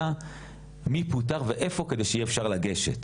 מי פוטר ואיפה על מנת שנוכל לגשת.